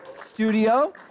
studio